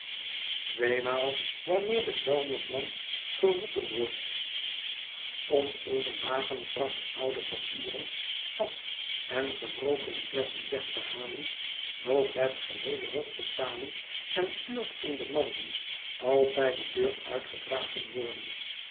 tweemaal wanneer de vuilnisman geroepen wordt om eene wagen vracht oud papier asch en gebrokene flesschen weg te halen loopt het geheele hofje samen en tuurt in de manden als zij de deur uitgedragen worden